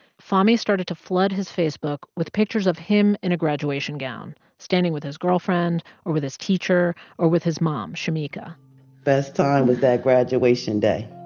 fahmee started to flood his facebook with pictures of him in a graduation gown standing with his girlfriend or with his teacher or with his mom, shemeika best time was that graduation day.